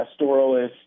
pastoralist